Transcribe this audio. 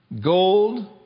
Gold